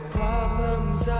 problems